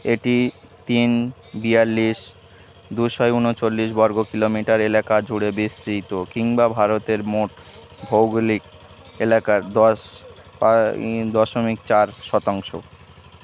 এটি তিন বিয়াল্লিশ দুশয় উনচল্লিশ বর্গ কিলোমিটার এলাকা জুড়ে বিস্তৃত কিংবা ভারতের মোট ভৌগোলিক এলাকার দশ দশমিক চার শতাংশ